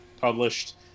published